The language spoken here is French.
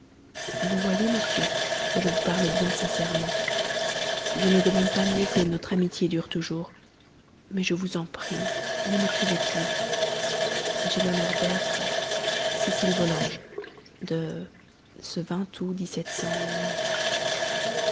vous voyez monsieur que je vous parle bien sincèrement je ne demande pas mieux que notre amitié dure toujours mais je vous en prie ne m'écrivez plus j'ai l'honneur d'être de ce